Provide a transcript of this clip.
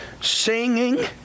singing